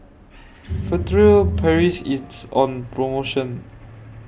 Furtere Paris IS on promotion